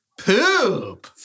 Poop